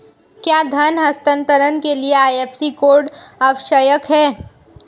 क्या धन हस्तांतरण के लिए आई.एफ.एस.सी कोड आवश्यक है?